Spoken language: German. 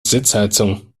sitzheizung